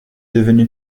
devenu